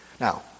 Now